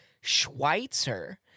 Schweitzer